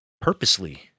purposely